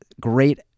great